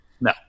No